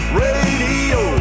radio